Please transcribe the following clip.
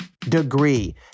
degree